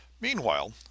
Meanwhile